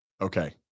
Okay